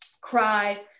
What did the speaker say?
cry